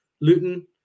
Luton